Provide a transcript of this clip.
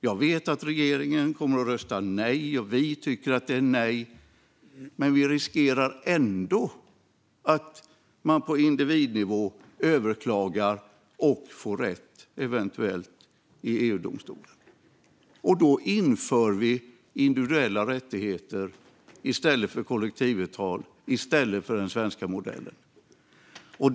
Jag vet att regeringen kommer att rösta nej, och vi tycker att det är nej. Men vi riskerar ändå att man på individnivå överklagar och eventuellt får rätt i EU-domstolen. Då inför vi individuella rättigheter i stället för kollektivavtal och den svenska modellen.